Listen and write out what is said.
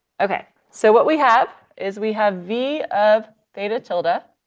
okay. so what we have is we have v of theta tilde. ah